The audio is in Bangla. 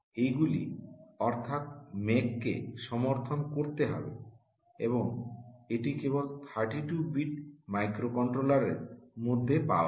এগুলি অর্থাৎ ম্যাককে সমর্থন করতে হবে এবং এটি কেবল 32 বিট মাইক্রোকন্ট্রোলারের মধ্যে পাওয়া যায়